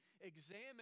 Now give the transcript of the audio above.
examine